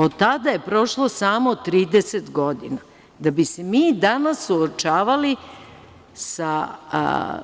Od tada je prošlo samo 30 godina, da bi se mi danas suočavali sa